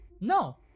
No